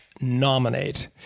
nominate